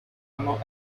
anno